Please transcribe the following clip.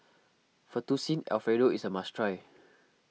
Fettuccine Alfredo is a must try